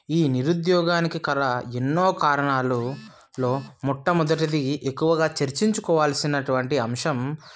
ఈ నిరుద్యోగానికి గల ఎన్నోకారణాలలో మొట్టమొదటి ఎక్కువగా చర్చించుకోవలసినటువంటి అంశం